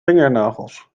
vingernagels